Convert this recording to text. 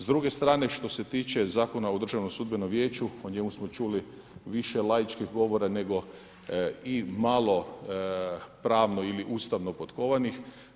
S druge strane što se tiče Zakona o državnom sudbenom vijeću, o njemu smo čuli više laičkih govora nego i malo pravno ili ustavno potkovani.